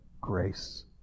grace